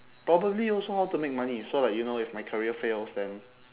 probably also how to make money so like you know if my career fails then